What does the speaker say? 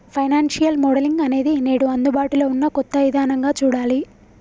financial modelling అనేది నేడు అందుబాటులో ఉన్న కొత్త ఇదానంగా చూడాలి